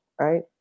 right